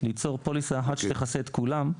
ליצור פוליסה אחת שתכסה את כולן,